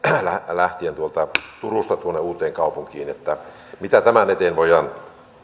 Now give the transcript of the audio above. lähtien turusta uuteenkaupunkiin mitä tämän eteen voidaan